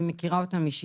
אני מכירה אותם אישית.